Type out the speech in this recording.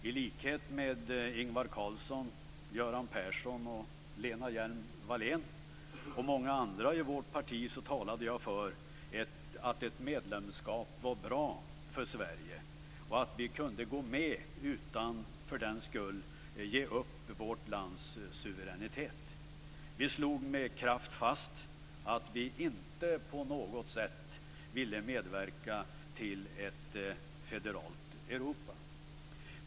I likhet med Ingvar Carlsson, Göran Persson, Lena Hjelm-Wallén och många andra i vårt parti talade jag för att ett medlemskap var bra för Sverige och att vi kunde gå med utan att för den skull ge upp vårt lands suveränitet. Vi slog med kraft fast att vi inte på något sätt ville medverka till ett federalt Europa.